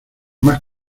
más